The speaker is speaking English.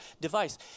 device